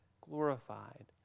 glorified